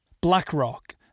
BlackRock